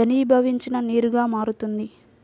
ఘనీభవించిన నీరుగా మారుతుంది